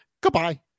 Goodbye